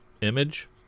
Image